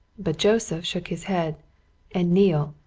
but joseph shook his head and neale,